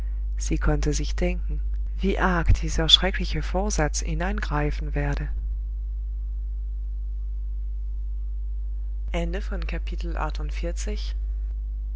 sie konnte sich denken wie arg dieser schreckliche vorsatz ihn angreifen werde